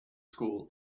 school